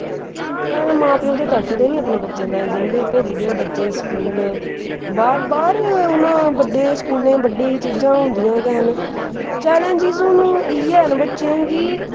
तां गै मा प्यो तड़फदे न अपने बच्चें ताईं जंदे भेजदे ओह् बच्चें ई स्कूल बाह्र हून बड्डे स्कूलें बड्डी चीजां होंदियां गै न चैलेंजिज हून इ'यै न बच्चें गी